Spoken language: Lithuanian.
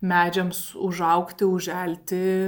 medžiams užaugti užželti